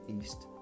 East